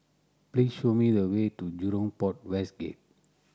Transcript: please show me the way to Jurong Port West Gate